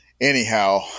Anyhow